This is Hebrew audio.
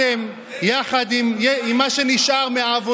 כלכלת הייטק, עם תמ"ג לנפש משהו כמו 40,000